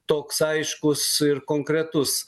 toks aiškus ir konkretus